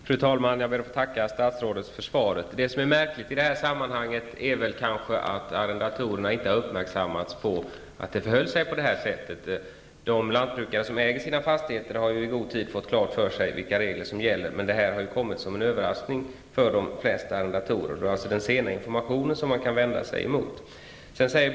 Fru talman! Jag ber att få tacka statsrådet för svaret. Det märkliga i detta sammanhang är kanske att arrendatorerna inte har uppmärksammats på att det förhöll sig på det här sättet. De lantbrukare som äger sina fastigheter har ju i god tid fått klart för sig vilka regler som gäller, men detta har kommit som en överraskning för de flesta arrendatorer. Man kan alltså vända sig emot den sena informationen.